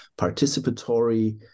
participatory